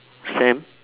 sam